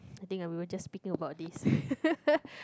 I think I we were just speaking about this